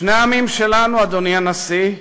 שני העמים שלנו, אדוני הנשיא,